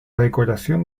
decoración